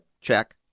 check